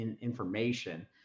information